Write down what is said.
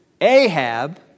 Ahab